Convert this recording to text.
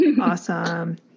Awesome